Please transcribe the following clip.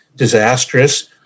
disastrous